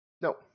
no